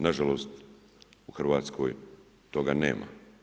Nažalost Hrvatskoj toga nema.